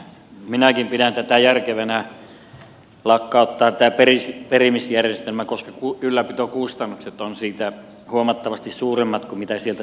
minäkin pidän järkevänä tämän perimisjärjestelmän lakkauttamista koska ylläpitokustannukset ovat huomattavasti suuremmat kuin sieltä saatava hyöty